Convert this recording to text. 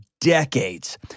decades